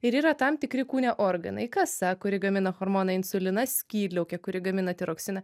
ir yra tam tikri kūne organai kasa kuri gamina hormoną insuliną skydliaukė kuri gamina tiroksiną